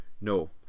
no